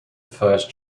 first